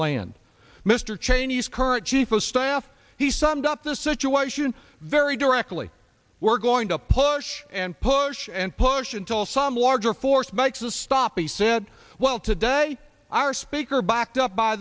land mr cheney's current chief of staff he summed up the situation very directly we're going to push and push and push until some order force bikes to stop me said well today our speaker backed up by